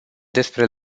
despre